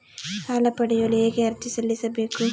ಸಾಲ ಪಡೆಯಲು ಹೇಗೆ ಅರ್ಜಿ ಸಲ್ಲಿಸಬೇಕು?